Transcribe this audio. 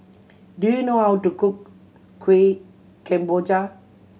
do you know how to cook Kueh Kemboja